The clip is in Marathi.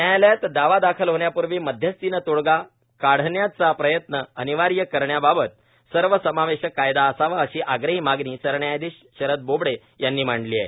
न्यायालयात दावा दाखल होण्यापूर्वी मध्यस्थीने तोडगा काढण्याचा प्रयत्न अनिवार्य करण्याबाबत सर्वसमावेशक कायदा असावा अशी आग्रही मागणी सरन्यायाधीश शरद बोबडे यांनी मांडली आहे